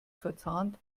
verzahnt